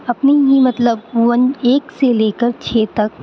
اپنی ہی مطلب ون ایک سے لے کر چھ تک